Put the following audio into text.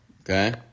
okay